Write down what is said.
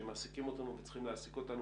מעסיקים אותנו וצריכים להעסיק אותנו